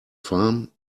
farm